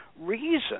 reason